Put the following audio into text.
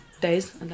days